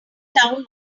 town